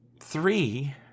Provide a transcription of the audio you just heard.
three